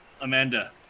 Amanda